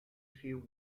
few